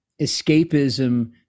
escapism